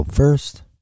First